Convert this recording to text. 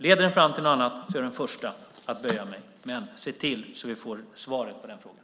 Leder den fram till något annat är jag den förste att böja mig, men se till att vi får svaret på den frågan!